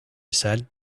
said